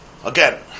Again